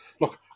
look